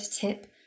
tip